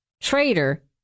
traitor